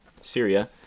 Syria